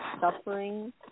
suffering